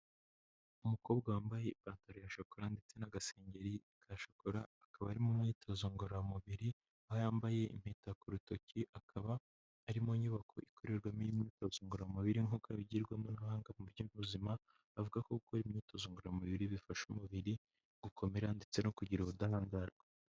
Umukobwa wambaye ipantaro ya shokora ndetse n'agasengeri ka shokora, akaba arimo myitozo ngororamubiri aho yambaye impeta ku rutoki akaba arimo nyubako ikorerwamo imyitozo ngoramubiri nk'uko bigirwamobuhanga mu by'ubuzima avuga ko gukora imyitozo ngoramubiri bifasha umubiri gukomera ndetse no kugira ubudahangarwa.